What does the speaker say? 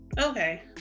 Okay